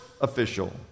official